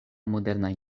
modernajn